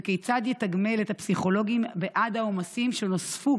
וכיצד יתגמל את הפסיכולוגים בעד העומסים שנוספו